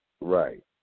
Right